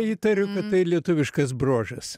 įtariu kad tai lietuviškas bruožas